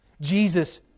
Jesus